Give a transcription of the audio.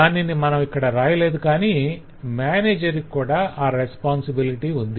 దానిని మనం ఇక్కడ వ్రాయలేదు కాని మేనేజర్ కి కూడా ఆ రేస్పొంసిబిలిటి ఉంది